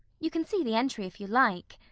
you can see the entry if you like.